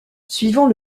suivant